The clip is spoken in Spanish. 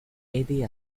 eddie